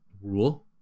rule